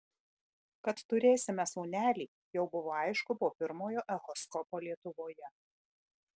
kad turėsime sūnelį jau buvo aišku po pirmojo echoskopo lietuvoje